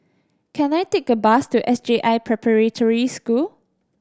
can I take a bus to S J I Preparatory School